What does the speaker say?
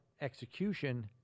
execution